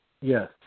Yes